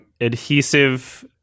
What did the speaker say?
adhesive